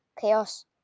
Chaos